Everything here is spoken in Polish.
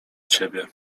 ciebie